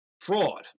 fraud